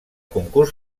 concurs